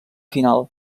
final